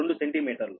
2 సెంటీమీటర్లు